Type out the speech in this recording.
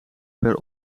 per